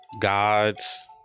God's